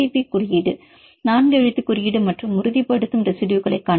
B குறியீடு 4 எழுத்து குறியீடு மற்றும் உறுதிப்படுத்தும் ரெசிடுயுகளைக் காண்க